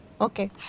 Okay